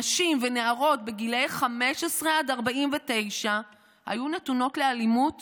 נשים ונערות בגילי 15 עד 49 היו נתונות לאלימות